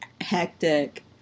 hectic